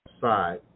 side